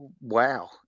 wow